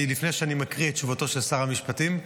לפני שאני מקריא את תשובתו של שר המשפטים,